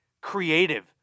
creative